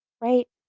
right